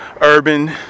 urban